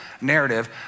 narrative